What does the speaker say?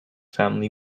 family